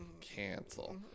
cancel